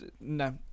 No